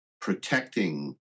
protecting